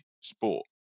sport